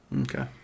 Okay